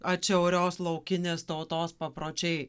atšiaurios laukinės tautos papročiai